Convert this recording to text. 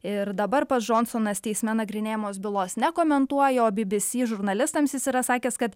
ir dabar pats džonsonas teisme nagrinėjamos bylos nekomentuoja o bybysy žurnalistams jis yra sakęs kad